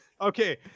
Okay